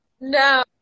no